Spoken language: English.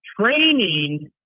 training